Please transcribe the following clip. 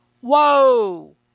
Whoa